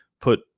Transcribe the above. put